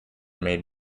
made